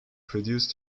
produce